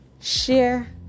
share